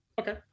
Okay